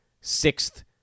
sixth